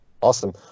Awesome